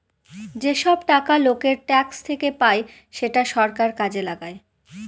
যেসব টাকা লোকের ট্যাক্স থেকে পায় সেটা সরকার কাজে লাগায়